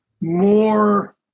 more